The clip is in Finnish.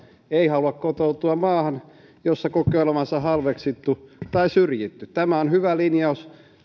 ei halua kotoutua maahan jossa kokee olevansa halveksittu tai syrjitty tämä on hyvä linjaus